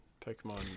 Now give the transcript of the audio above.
Pokemon